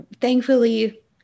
thankfully